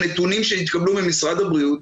הנתונים שהתקבלו ממשרד הבריאות,